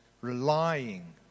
relying